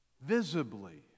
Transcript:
visibly